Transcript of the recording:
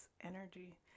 energy